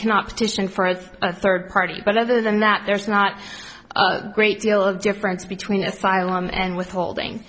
cannot petition for as a third party but other than that there's not a great deal of difference between asylum and withholding